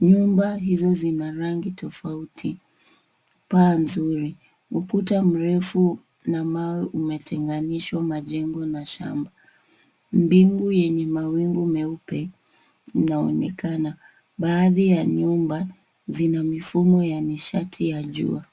Nyumba hizo zina rangi tofauti, paa nzuri. Ukuta mrefu na mawe umetenganisha majengo na shamba. Mbingu yenye mawingu meupe inaonekana. Baadhi ya nyumba zina mifumo ya nishati ya jua.